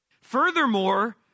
Furthermore